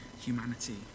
humanity